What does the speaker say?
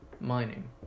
Mining